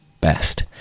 best